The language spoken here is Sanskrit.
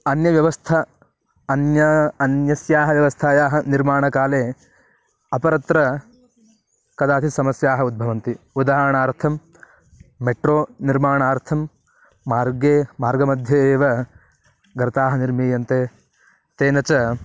अन्यव्यवस्थस अन्याः अन्यस्याः व्यवस्थायाः निर्माणकाले अपरत्र कदाचित् समस्याः उद्भवन्ति उदाहरणार्थं मेट्रो निर्माणार्थं मार्गे मार्गमध्ये एव गर्ताः निर्मीयन्ते तेन च